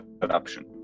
corruption